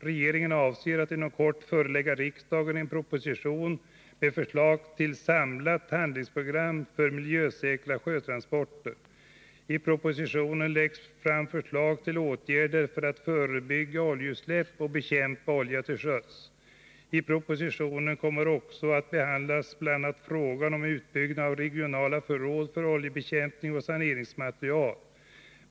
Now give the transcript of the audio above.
Regeringen avser att inom kort förelägga riksdagen en proposition med förslag till samlat handlingsprogram för miljösäkra sjötransporter. I propositionen läggs fram förslag till åtgärder för att förebygga oljeutsläpp och bekämpa olja till sjöss. I propositionen kommer också att behandlas bl.a. frågan om uppbyggnad av regionala förråd av oljebekämpningsoch saneringsmateriel.